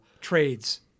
trades